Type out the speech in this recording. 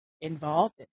involved